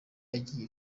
agiye